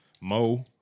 Mo